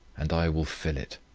and i will fill it.